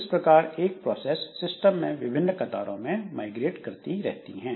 इस प्रकार एक प्रोसेस सिस्टम में विभिन्न कतारों में माइग्रेट करती रहती है